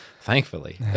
Thankfully